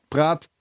Praat